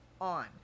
on